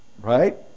Right